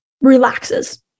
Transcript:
relaxes